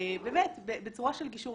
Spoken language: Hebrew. באמת בצורה של גישור,